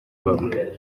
bamwe